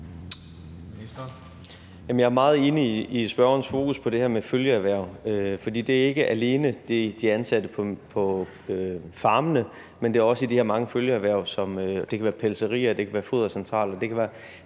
Jeg er meget enig i spørgerens fokus på det her med følgeerhverv, for det er ikke alene de ansatte på farmene, det gælder, men også ansatte i de her mange følgeerhverv. Det kan være pelserier, det kan være fodercentraler, og det kan også